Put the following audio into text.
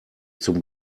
zum